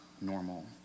normal